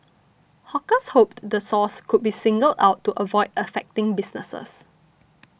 hawkers hoped the source could be singled out to avoid affecting businesses